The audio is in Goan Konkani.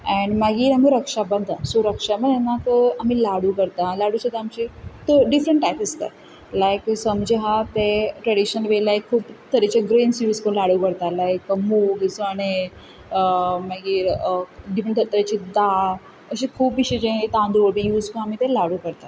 एन्ड मागीर आमचो रक्षाबंधन सो रक्षाबंधनाक आमी लाडू करता लाडू सुद्दां आमचे डिफरंट टायप आसता लायक समजा ते ट्रॅडिशनल वे लायक खूब तरेचे ग्रेन्स यूज करून लाडू करता लायक मूग चणे मागीर इवन तरे तरेची दाळ अशें खूब भशेचे तांदूळ बीन यूज करून आमी ते लाडू करता